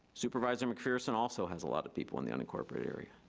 supervisor mcpherson also has a lot of people in the unincorporated area,